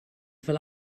fel